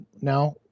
now